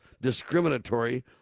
discriminatory